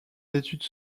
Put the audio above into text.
études